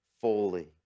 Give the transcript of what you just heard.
fully